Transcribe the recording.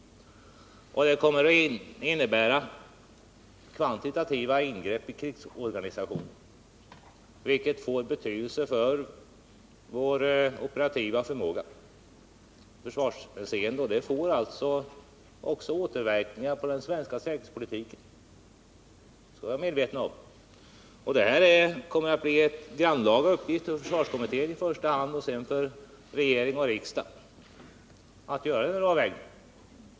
Och det kommer att innebära kvantitativa ingrepp i krigsorganisationen, vilket får betydelse för vår operativa förmåga, i försvarshänseende. Det får således också återverkningar på den svenska säkerhetspolitiken. Det skall vi vara medvetna om. Och det kommer att bli en grannlaga uppgift för i första hand försvarskomittén och sedan regering och riksdag att göra denna avvägning.